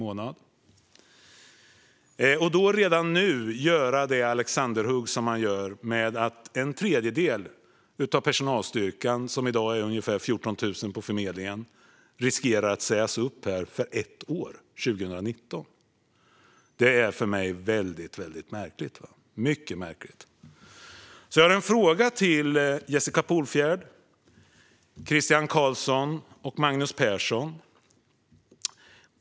Att redan för 2019 göra det alexanderhugg som man gör genom att en tredjedel av personalstyrkan på i dag ungefär 14 000 personer riskerar att sägas upp är för mig väldigt märkligt. Jag har därför några frågor till Jessica Polfjärd, Christian Carlsson och Magnus Persson.